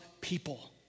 people